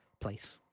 place